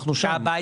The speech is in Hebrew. אנחנו שם.